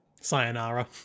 Sayonara